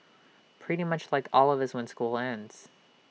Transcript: pretty much like all of us when school ends